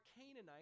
Canaanite